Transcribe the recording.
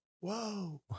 Whoa